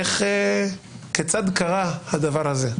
כיצד קרה הדבר הזה,